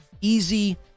easy